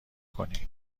کنی